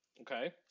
Okay